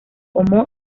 homónimo